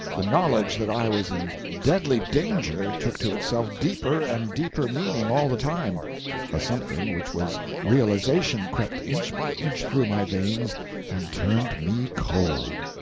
the knowledge that i was in deadly danger took to itself deeper and deeper meaning all the time a something which was realization crept inch by inch through my veins and turned me cold.